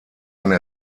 eine